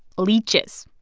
leeches.